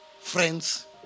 friends